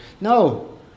No